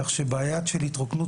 כך שבעיה של התרוקנות